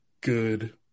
good